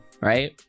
Right